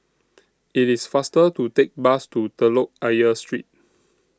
IT IS faster to Take Bus to Telok Ayer Street